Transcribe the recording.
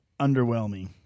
underwhelming